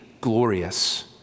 glorious